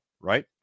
right